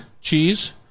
Cheese